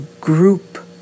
group